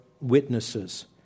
witnesses